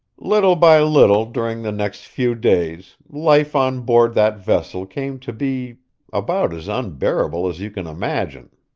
little by little during the next few days life on board that vessel came to be about as unbearable as you can imagine.